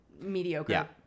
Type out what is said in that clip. mediocre